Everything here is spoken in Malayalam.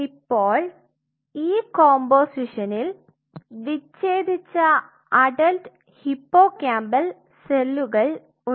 ഇപ്പോൾ ഈ കോമ്പോസിഷനിൽ വിച്ഛേദിച്ച അഡൾട്ട് ഹിപ്പോകാമ്പൽ സെല്ലുകൾ ഉണ്ട്